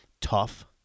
tough